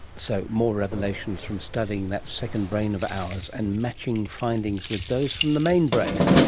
so, more revelations from studying that second brain of ours and matching findings with those from the main brain.